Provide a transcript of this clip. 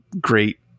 great